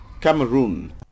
Cameroon